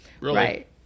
Right